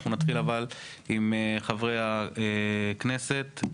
אבל נתחיל עם חברי הכנסת.